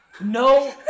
No